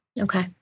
Okay